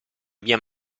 via